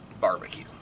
Barbecue